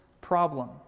problem